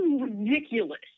ridiculous